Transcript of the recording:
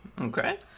Okay